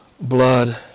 blood